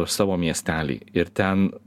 savo miestelį ir ten